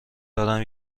دارم